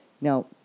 now